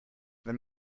wenn